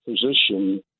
position